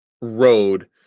road